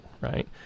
right